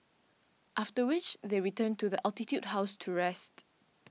after which they return to the Altitude House to rest